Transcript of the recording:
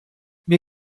mir